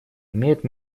имеют